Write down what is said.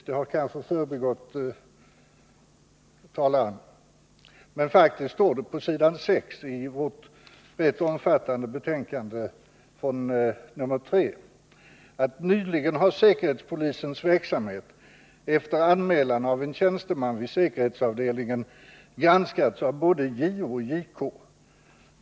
Det kanske har förbigått Nils Berndtson, men det står följande på s. 6 i justitieutskottets rätt omfattande betänkande 1979/80:3: ”Nyligen har säkerhetspolisens verksamhet efter anmälan av en tjänsteman vid säkerhetsavdelningen granskats av både JO och JK.